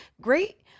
great